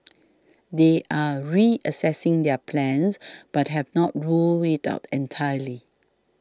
they are reassessing their plans but have not ruled it out entirely